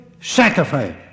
sacrifice